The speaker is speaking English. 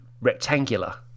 rectangular